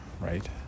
right